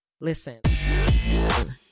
Listen